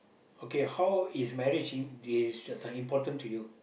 okay how is marriage in this uh this one important to you